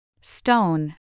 Stone